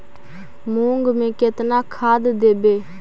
मुंग में केतना खाद देवे?